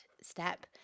step